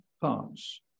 parts